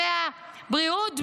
דמי הבריאות,